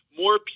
more